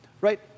Right